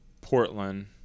Portland